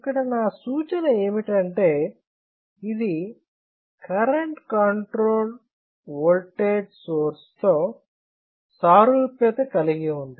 ఇక్కడ నా సూచన ఏమిటంటే ఇది కరెంటు కంట్రోల్డ్ ఓల్టేజ్ సోర్స్ తో సారూప్యత కలిగి ఉంది